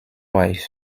wife